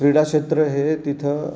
क्रीडाक्षेत्र हे तिथं